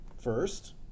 First